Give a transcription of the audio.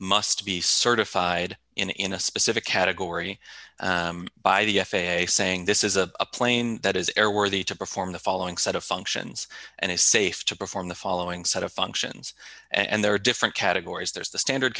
must be certified in a specific category by the f a a saying this is a plane that is airworthy to perform the following set of functions and is safe to perform the following set of functions and there are different categories there's the standard